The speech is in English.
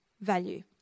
value